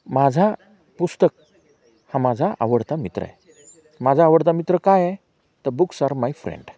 माझा पुस्तक हा माझा आवडता मित्र आहे माझा आवडता मित्र काय आहे तर बुक्स आर माय फ्रेंड